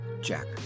Jack